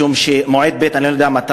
משום שמועד ב' אני לא יודע מתי,